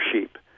sheep